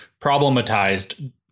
problematized